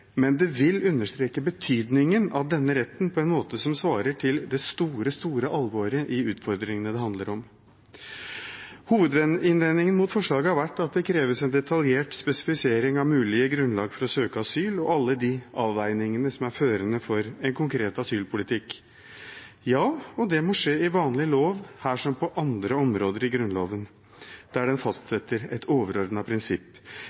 Men det vil understreke betydningen av denne retten på en måte som svarer til det store, store alvoret i utfordringene det handler om. Hovedinnvendingen mot forslaget har vært at det kreves en detaljert spesifisering av mulige grunnlag for å søke asyl og alle de avveiningene som er førende for en konkret asylpolitikk. Ja, og det må skje i vanlig lov, her som på andre områder i Grunnloven der den fastsetter et overordnet prinsipp.